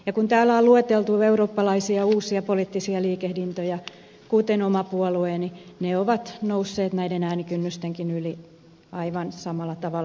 ja kun täällä on lueteltu eurooppalaisia uusia poliittisia liikehdintöjä kuten oma puolueeni ne ovat nousseet näiden äänikynnystenkin yli aivan samalla tavalla